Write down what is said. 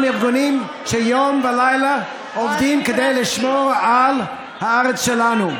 ארגונים שעובדים יום ולילה כדי לשמור על הארץ שלנו.